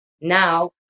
now